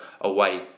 away